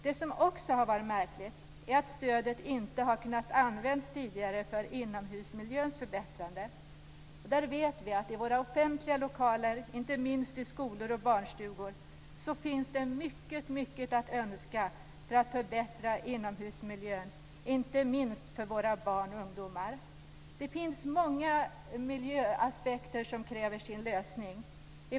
Det som också har varit märkligt är att stödet inte tidigare har kunnat användas för inomhusmiljöns förbättrande. Vi vet att det i våra offentliga lokaler, inte minst i skolor och barnstugor, finns mycket att önska när det gäller att förbättra inomhusmiljön för t.ex. våra barn och ungdomar. Det finns många miljöaspekter som kräver sin lösning.